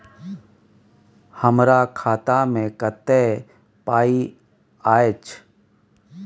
हमरा खाता में कत्ते पाई अएछ?